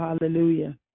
hallelujah